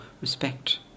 respect